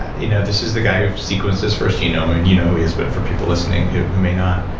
you know this is the guy who sequences first genome and you know who he is but for people listening who who may not.